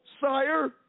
sire